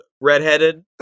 redheaded